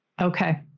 Okay